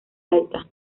alta